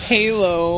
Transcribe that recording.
Halo